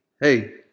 Hey